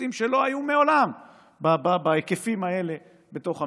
נושאים שלא היו מעולם בהיקפים האלה בתוך המשרד.